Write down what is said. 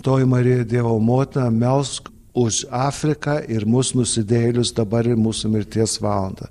toji marija dievo motina melsk už afriką ir mus nusidėjėlius dabar ir mūsų mirties valandą